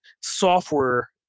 software